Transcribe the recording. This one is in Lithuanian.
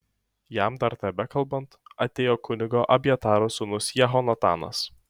jam dar tebekalbant atėjo kunigo abjataro sūnus jehonatanas